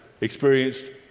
experienced